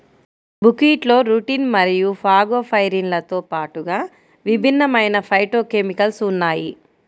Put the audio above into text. బుక్వీట్లో రుటిన్ మరియు ఫాగోపైరిన్లతో పాటుగా విభిన్నమైన ఫైటోకెమికల్స్ ఉన్నాయి